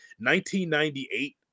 1998